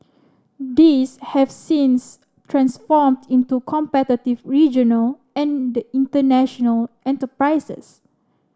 these have since transformed into competitive regional and international enterprises